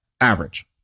average